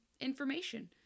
information